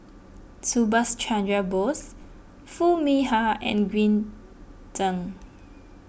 Subhas Chandra Bose Foo Mee Har and Green Zeng